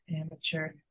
Amateur